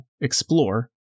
explore